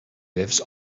lives